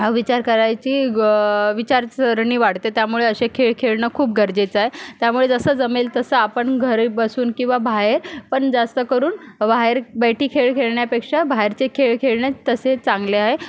विचार करायची ग विचारसरणी वाढते त्यामुळे असे खेळ खेळणं खूप गरजेचं आहे त्यामुळे जसं जमेल तसं आपण घरी बसून किंवा बाहेर पण जास्त करून बाहेर बैठी खेळ खेळण्यापेक्षा बाहेरचे खेळ खेळणेच तसे चांगले आहे